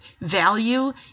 value